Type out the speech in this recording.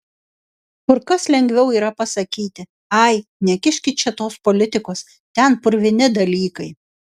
kur kas lengviau yra pasakyti ai nekiškit čia tos politikos ten purvini dalykai